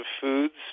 foods